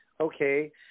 Okay